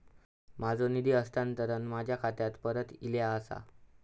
माझो निधी हस्तांतरण माझ्या खात्याक परत इले आसा